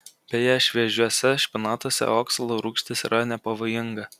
beje šviežiuose špinatuose oksalo rūgštis yra nepavojinga